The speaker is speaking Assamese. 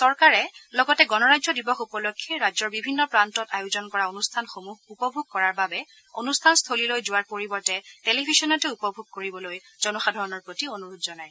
চৰকাৰে লগতে গণৰাজ্য দিৱস উপলক্ষ্য ৰাজ্যৰ বিভিন্ন প্ৰান্তত আয়োজন কৰা অনুষ্ঠানসমূহ উপভোগ কৰাৰ বাবে অনুষ্ঠানস্থলীলৈ যোৱাৰ পৰিৱৰ্তে টেলিভিশ্যনতে উপভোগ কৰিবলৈ জনসাধাৰণৰ প্ৰতি অনুৰোধ জনায়